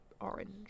orange